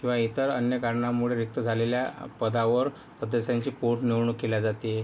किंवा इतर अन्य कारणामुळे रिक्त झालेल्या पदावर सदस्यांची पोटनिवडणूक केली जाते